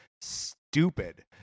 stupid